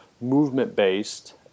movement-based